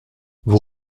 vous